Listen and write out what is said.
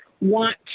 want